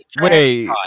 Wait